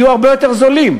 יהיו הרבה יותר זולים,